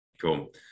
cool